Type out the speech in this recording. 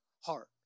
heart